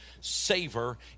savor